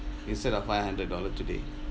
instead of five hundred dollar today